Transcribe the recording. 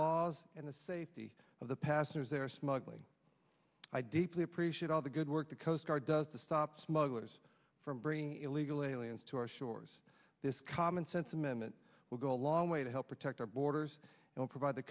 laws and the safety of the passengers there smugly i deeply appreciate all the good work the coast guard does the stop smugglers from bringing illegal aliens to our shores this commonsense amendment will go a long way to help protect our borders and provide the